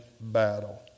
battle